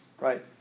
right